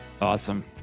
Awesome